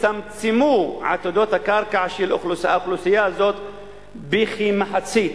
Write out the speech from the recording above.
הצטמצמו עתודות הקרקע של האוכלוסייה הזאת בכמחצית,